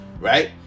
right